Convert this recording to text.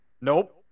Nope